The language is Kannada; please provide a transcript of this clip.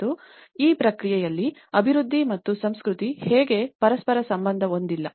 ಮತ್ತು ಈ ಪ್ರಕ್ರಿಯೆಯಲ್ಲಿ ಅಭಿವೃದ್ಧಿ ಮತ್ತು ಸಂಸ್ಕೃತಿ ಹೇಗೆ ಪರಸ್ಪರ ಸಂಬಂಧ ಹೊಂದಿಲ್ಲ